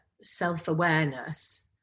self-awareness